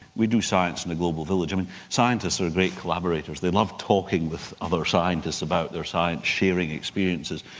we do science in a global village. i mean scientists are great collaborators. they love talking with other scientists about their science-sharing experiences.